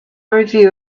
review